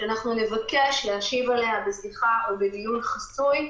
שאנחנו נבקש להשיבה בשיחה או בדיון חסויים.